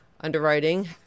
underwriting